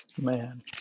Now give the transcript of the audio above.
man